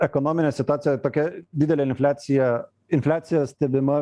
ekonominė situacija tokia didelė infliacija infliacija stebima